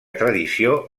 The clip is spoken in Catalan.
tradició